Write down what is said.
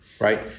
Right